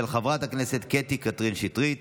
של חברת הכנסת קטי קטרין שטרית.